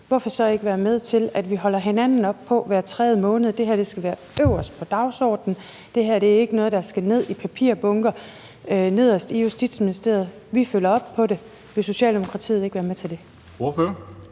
hvorfor så ikke være med til, at vi holder hinanden op på hver tredje måned, at det her skal være øverst på dagsordenen, og at det ikke skal være noget, der ligger nederst i papirbunker i Justitsministeriet, og at vi følger op på det? Vil Socialdemokratiet ikke være med til det?